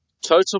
Total